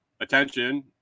attention